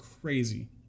crazy